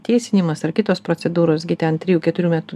tiesinimas ar kitos procedūros gi ten trijų keturių metų